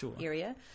area